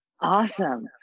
Awesome